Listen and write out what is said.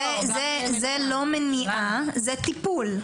זה לא מניעה, זה טיפול.